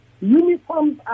Uniforms